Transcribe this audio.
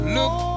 look